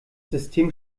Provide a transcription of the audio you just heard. system